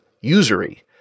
usury